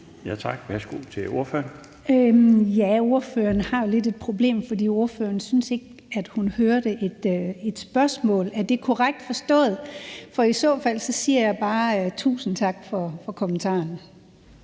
Kl. 17:23 Dina Raabjerg (KF): Ordføreren har lidt et problem, for ordføreren synes ikke, at hun hørte et spørgsmål. Er det korrekt forstået? For i så fald siger jeg bare tusind tak for kommentaren.